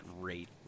great